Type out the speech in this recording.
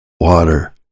water